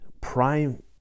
prime